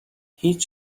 هیچ